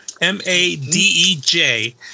M-A-D-E-J